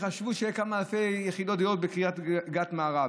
חשבו שיהיו כמה אלפי יחידות דיור בקריית גת מערב.